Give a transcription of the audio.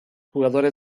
jugadores